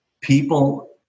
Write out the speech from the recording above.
People